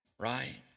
right